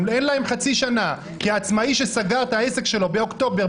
אין להם חצי שנה כי עצמאי שסגר את העסק שלו באוקטובר,